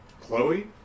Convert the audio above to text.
Chloe